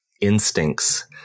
instincts